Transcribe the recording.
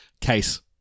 case